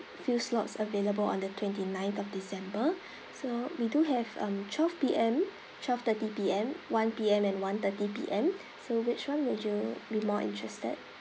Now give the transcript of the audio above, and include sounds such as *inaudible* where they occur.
few slots available on the twenty ninth of december so we do have um twelve P_M twelve thirty P_M one P_M and one thirty P_M *breath* so which one would you be more interested